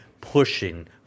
pushing